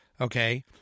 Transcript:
okay